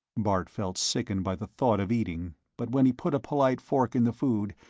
bart felt sickened by the thought of eating, but when he put a polite fork in the food,